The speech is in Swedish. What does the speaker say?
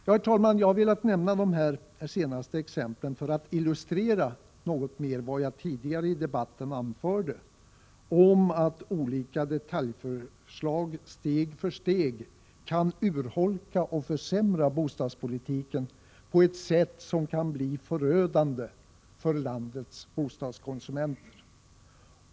Jag har velat nämna de här senaste exemplen för att något mer illustrera vad jag tidigare i debatten anfört om att olika detaljförslag steg för steg kan urholka och försämra bostadspolitiken på ett sätt som kan bli förödande för landets bostadskonsumenter.